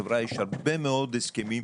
חבריה, יש הרבה מאוד הסכמים.